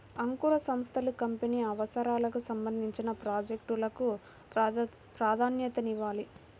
అంకుర సంస్థలు కంపెనీ అవసరాలకు సంబంధించిన ప్రాజెక్ట్ లకు ప్రాధాన్యతనివ్వాలి